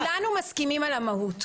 כולנו מסכימים על המהות.